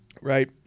right